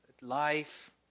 life